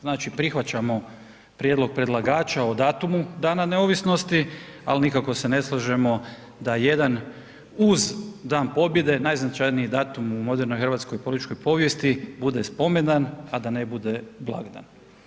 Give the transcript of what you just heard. Znači prihvaćamo prijedlog predlagača o datumu Dana neovisnosti, ali nikako se ne slažemo da jedan uz Dan pobjede najznačajniji datum u modernoj hrvatskoj političkoj povijesti bude spomendan, a da ne bude blagdan.